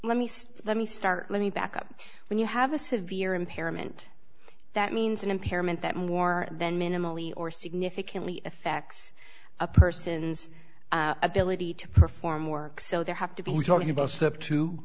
let me say let me start let me back up when you have a severe impairment that means an impairment that more than minimally or significantly affects a person's ability to perform work so there have to be talking